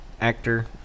actor